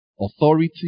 authority